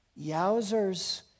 yowzers